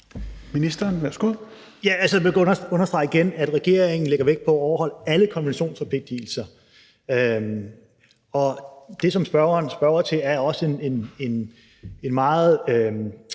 Jeg vil understrege igen, at regeringen lægger vægt på at overholde alle konventionsforpligtigelser, og det, som spørgeren spørger til, er også en meget